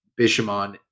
Bishamon